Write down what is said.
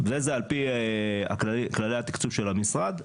וזה על פי כללי התקצוב של המשרד,